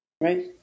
Right